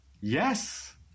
Yes